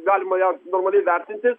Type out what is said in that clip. galima ją normaliai vertinti